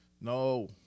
No